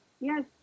Yes